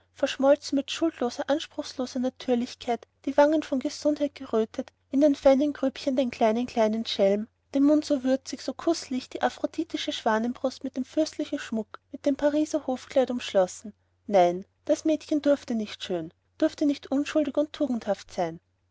verschmolzen mit schuldloser anspruchsloser natürlichkeit die wangen von gesundheit gerötet in den feinen grübchen den kleinen kleinen schelm den mund so würzig so kußlich die aphroditische schwanenbrust mit dem fürstlichen schmuck mit dem pariser hofkleid umschlossen nein das mädchen durfte nicht schön durfte nicht unschuldig und tugendhaft sein